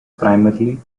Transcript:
primarily